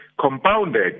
compounded